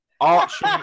Archie